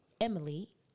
Emily